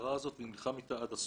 המטרה הזאת, נלחם איתה עד הסוף.